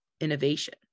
innovation